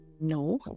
no